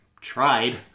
tried